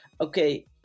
okay